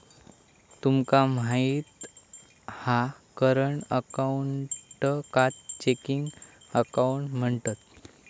तुमका माहित हा करंट अकाऊंटकाच चेकिंग अकाउंट म्हणतत